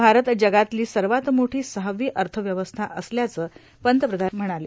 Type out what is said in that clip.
भारत जगातला सवात मोठा सहावी अथव्यवस्था असल्याचं पंतप्रधान यावेळी म्हणाले